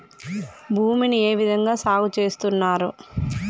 భూమిని ఏ విధంగా సాగు చేస్తున్నారు?